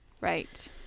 Right